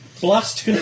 Blast